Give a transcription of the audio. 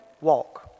walk